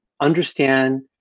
understand